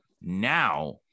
now